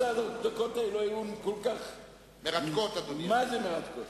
שהיא לא טובה, אז יתקנו את הנתיב אחרי זה, בהמשך.